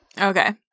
Okay